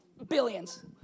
Billions